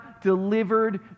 Delivered